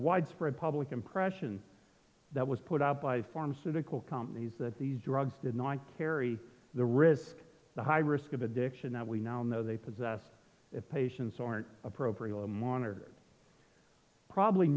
widespread public impression that was put out by pharmaceutical companies that these drugs did not carry the risk the high risk of addiction that we now know they possess that patients aren't appropriate to monitor probably